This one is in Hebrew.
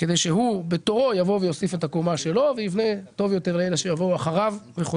לשר האוצר הבא שיוסיף את הקומה שלו ויבנה טוב יותר לאלה שיבואו אחריו.